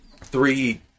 three